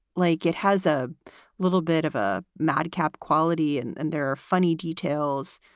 like it has a little bit of a madcap quality and and there are funny details.